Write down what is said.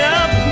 up